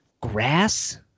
Grass